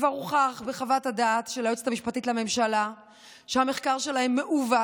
כבר הוכח בחוות הדעת של היועצת המשפטית לממשלה שהמחקר שלהם מעוות